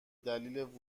دلیل